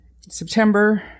September